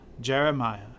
Jeremiah